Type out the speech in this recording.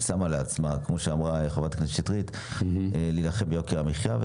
יש מטרה אחת והיא להילחם ביוקר המחיה.